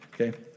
okay